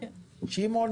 שמעון